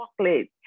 chocolate